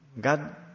God